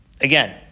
again